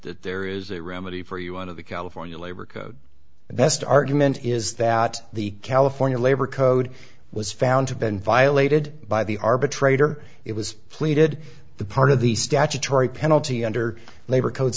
that there is a remedy for you one of the california labor code the best argument is that the california labor code was found to been violated by the arbitrator it was pleaded the part of the statutory penalty under labor co